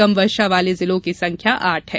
कम वर्षा वाले जिलों की संख्या आठ है